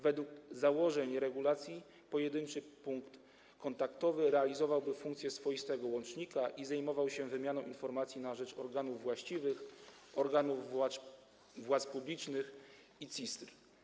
Według założeń regulacji Pojedynczy Punkt Kontaktowy realizowałby funkcję swoistego łącznika i zajmował się wymianą informacji na rzecz organów właściwych, organów władz publicznych i CSIRT.